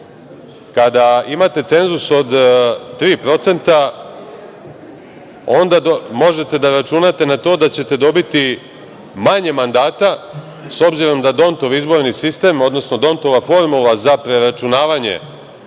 kada imate cenzus od tri procenta, onda možete da računate na to da ćete dobiti manje mandata, s obzirom da Dontov izborni sistem, odnosno Dontova formula za preračunavanje